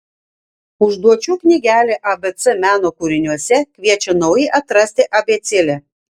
užduočių knygelė abc meno kūriniuose kviečia naujai atrasti abėcėlę